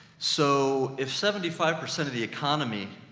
so if seventy five percent of the economy,